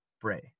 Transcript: pray